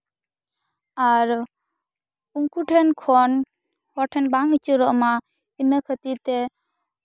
ᱟᱨ ᱩᱱᱠᱩ ᱴᱷᱮᱱ ᱠᱷᱚᱱ ᱦᱚᱲ ᱴᱷᱮᱱ ᱵᱟᱝ ᱩᱪᱟᱹᱲᱚᱜᱼᱢᱟ ᱤᱱᱟᱹ ᱠᱷᱟᱹᱛᱤᱨᱛᱮ